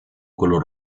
color